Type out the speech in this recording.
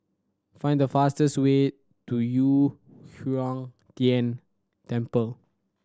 find the fastest way to Yu Huang Tian Temple